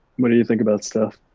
what do you think about stuff?